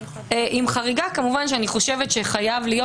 עם חריגה כמובן שאני חושבת שחייבת להיות